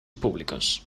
públicos